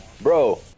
Bro